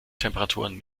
temperaturen